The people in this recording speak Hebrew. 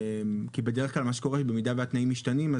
כי בדרך כלל מה שקורה במידה והתנאים משתנים,